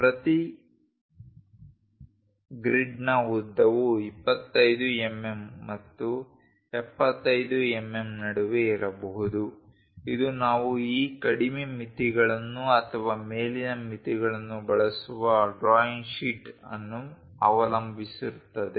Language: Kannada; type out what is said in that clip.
ಪ್ರತಿ ಗ್ರಿಡ್ನ ಉದ್ದವು 25 ಎಂಎಂ ಮತ್ತು 75 ಎಂಎಂ ನಡುವೆ ಇರಬಹುದು ಇದು ನಾವು ಈ ಕಡಿಮೆ ಮಿತಿಗಳನ್ನು ಅಥವಾ ಮೇಲಿನ ಮಿತಿಗಳನ್ನು ಬಳಸುವ ಡ್ರಾಯಿಂಗ್ ಶೀಟ್ ಅನ್ನು ಅವಲಂಬಿಸಿರುತ್ತದೆ